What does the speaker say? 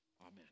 Amen